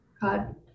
god